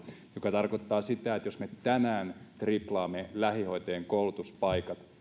mikä tarkoittaa sitä että jos me tänään triplaamme lähihoitajien koulutuspaikat